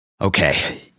Okay